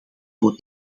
voor